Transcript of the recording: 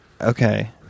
Okay